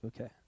okay